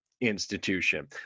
institution